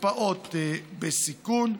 כפעוט בסיכון,